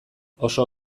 oso